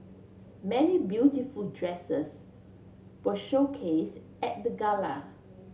many beautiful dresses were showcase at the gala